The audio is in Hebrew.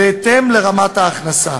בהתאם לרמת ההכנסה.